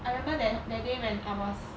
I remember that that day when I was